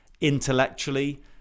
intellectually